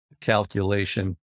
calculation